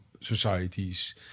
societies